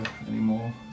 anymore